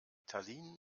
tallinn